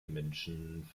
menschen